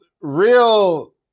real